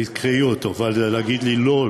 תקראי אותו, אבל להגיד לי "לא"?